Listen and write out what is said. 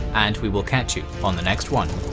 and we will catch you on the next one.